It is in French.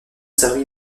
servi